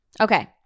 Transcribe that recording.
Okay